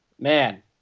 man